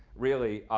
really,